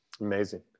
Amazing